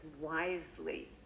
wisely